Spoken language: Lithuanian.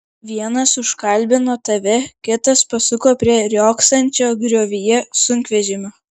vienas užkalbino tave kitas pasuko prie riogsančio griovyje sunkvežimio